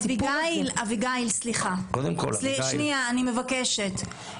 אביגיל, סליחה, אני מבקשת.